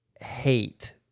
hate